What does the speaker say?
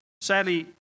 Sadly